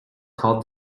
called